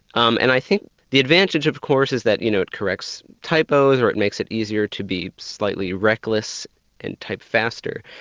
um and i think the advantage of course is that you know, it corrects typos or it makes it easier to be slightly reckless and type faster,